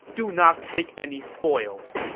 do not take any spoils.